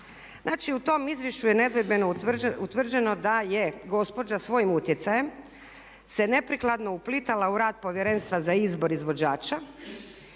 Znači u tom izvješću je nedvojbeno utvrđeno da je gospođa svojim utjecajem se neprikladno uplitala u rad Povjerenstva za izbor izvođača